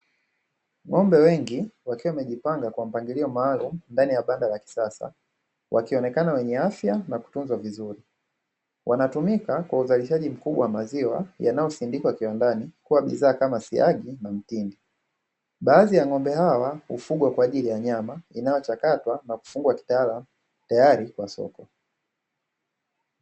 Ng'ombe wengi wakiwa wamejipanga kwa mpangilio maalumu ndani ya banda la kisasa, wakionekana wenye afya na kutunzwa vizuri, wanatumika kwa uzalishaji mkubwa wa maziwa yanayosindikwa kiwandani kuwa bidhaa kama siagi na mtindi. Baadhi ya ng'ombe hawa hufugwa kwa ajili ya nyama inayochakatwa na kufungwa kitaalamu tayari kwa soko.